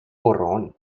borrón